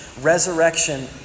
Resurrection